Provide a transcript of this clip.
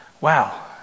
wow